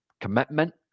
Commitment